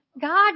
God